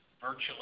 virtually